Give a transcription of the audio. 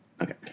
Okay